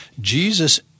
jesus